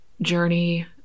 journey